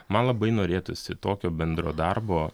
man labai norėtųsi tokio bendro darbo